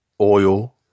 oil